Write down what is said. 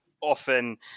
often